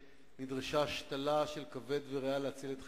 ונדרשה השתלה של כבד וריאה להציל את חייו.